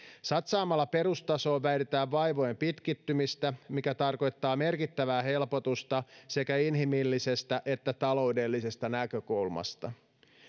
satsaamalla perustasoon vältetään vaivojen pitkittymistä mikä tarkoittaa merkittävää helpotusta sekä inhimillisestä että taloudellisesta näkökulmasta